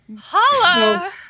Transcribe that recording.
Holla